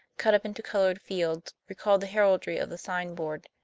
cut up into colored fields, recalled the heraldry of the signboard